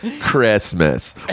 Christmas